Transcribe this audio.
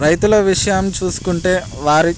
రైతుల విషయం చూసుకుంటే వారి